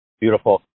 beautiful